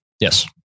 Yes